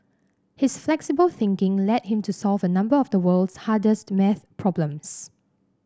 his flexible thinking led him to solve a number of the world's hardest maths problems